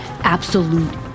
Absolute